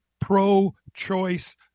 pro-choice